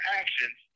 actions